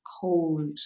Cold